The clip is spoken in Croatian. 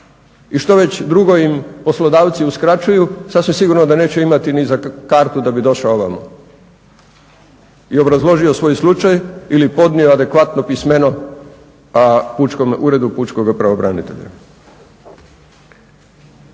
i što već drugo im poslodavci uskraćuju, sasvim sigurno da neće imati ni za kartu da bi došao ovamo. I obrazložio svoj slučaj ili podnio adekvatno pismeno Uredu pučkoga pravobranitelja.